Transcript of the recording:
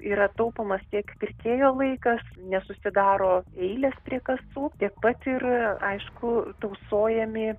yra taupomas tiek pirkėjo laikas nesusidaro eilės prie kasų tiek pat ir aišku tausojami